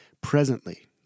presently